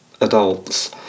adults